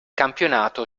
campionato